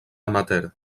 amateur